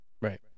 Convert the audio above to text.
Right